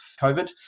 COVID